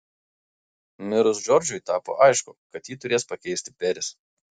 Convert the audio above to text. mirus džordžui tapo aišku kad jį turės pakeisti peris